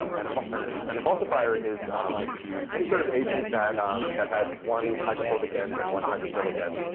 um and um and an an emulsifier is any sort of agent that that has one hydrophobic end and one hydrophilic end.